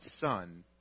son